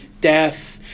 Death